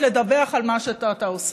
לדווח על מה שאתה עושה.